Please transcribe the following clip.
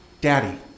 Daddy